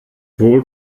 wohl